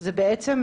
זה בעצם,